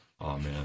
Amen